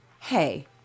hey